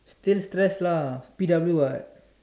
still stress lah P_W [what]